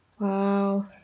Wow